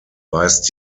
weist